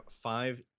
five